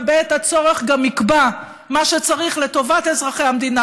ובעת הצורך גם יקבע מה שצריך לטובת אזרחי המדינה